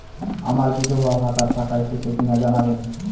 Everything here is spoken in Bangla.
আমার বিধবাভাতার টাকা এসেছে কিনা জানাবেন?